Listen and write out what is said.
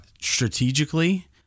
strategically